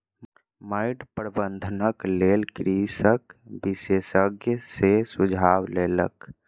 माइट प्रबंधनक लेल कृषक विशेषज्ञ सॅ सुझाव लेलक